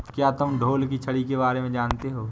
क्या तुम ढोल की छड़ी के बारे में जानते हो?